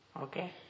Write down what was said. Okay